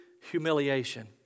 humiliation